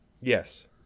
Yes